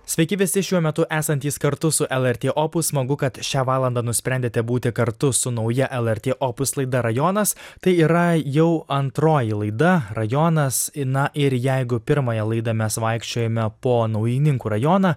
sveiki visi šiuo metu esantys kartu su lrt opus smagu kad šią valandą nusprendėte būti kartu su nauja lrt opus laida rajonas tai yra jau antroji laida rajonas na ir jeigu pirmąją laidą mes vaikščiojame po naujininkų rajoną